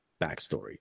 backstory